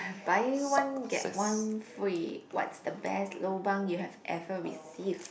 buy one get one free what's the best lobang you have ever received